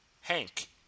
Hank